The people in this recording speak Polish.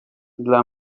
dla